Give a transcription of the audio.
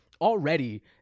already